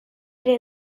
ere